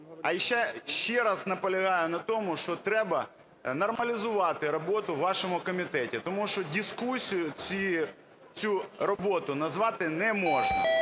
Ще раз наполягаю на тому, що треба нормалізувати роботу у вашому комітеті. Тому що дискусією цю роботу назвати не можна.